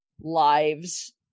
lives